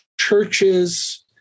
churches